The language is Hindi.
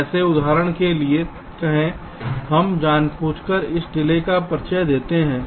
कैसे उदाहरण के लिए कहें हम जानबूझकर यहां डिले का परिचय देते हैं